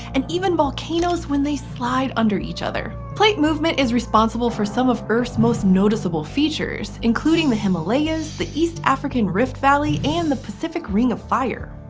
and even volcanoes when they slide under each other. plate movement is responsible for some of earth's most noticeable features, including the himalayas, the east african rift valley, and the pacific ring of fire.